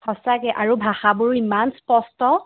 সঁচাকৈ আৰু ভাষাবোৰো ইমান স্পষ্ট